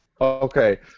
Okay